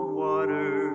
water